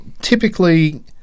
typically